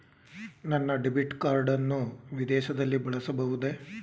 ನನ್ನ debit card ಅನ್ನು ವಿದೇಶದಲ್ಲಿ ಬಳಸಬಹುದೇ?